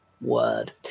word